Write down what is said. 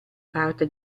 parte